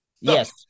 Yes